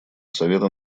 совета